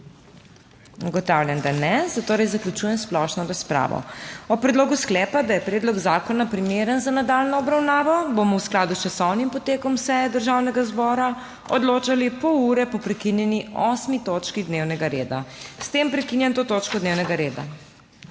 Hvala. S tem zaključujem splošno razpravo. O predlogu sklepa, da je predlog zakona primeren za nadaljnjo obravnavo bomo v skladu s časovnim potekom seje Državnega zbora odločali pol ure po prekinjeni 8. točki dnevnega reda. S tem prekinjam to točko dnevnega reda.